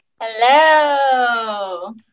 Hello